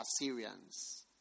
Assyrians